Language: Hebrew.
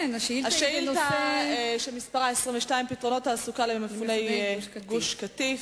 השאילתא שמספרה 22: פתרונות תעסוקה למפוני גוש-קטיף.